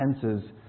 tenses